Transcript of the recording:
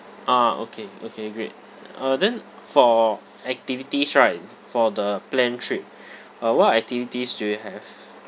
ah okay okay great uh then for activities right for the planned trip uh what activities do you have